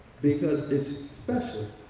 because it's special.